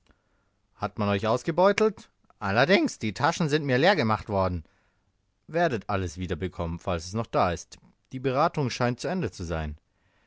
hat man euch ausgebeutelt allerdings die taschen sind mir leer gemacht worden werdet alles wiederbekommen falls es noch da ist die beratung scheint zu ende zu sein